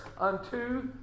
unto